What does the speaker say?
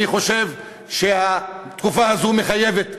אני חושב שהתקופה הזאת מחייבת,